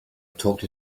talked